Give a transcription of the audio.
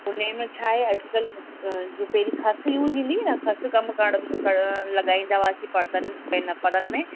उन में छा आहे अॼुकल्ह जो पहिरीं खस यूज हूंदी हुई न खस कमु करण में लॻाईंदा हुआसीं पाण पर्दनि इन परनि में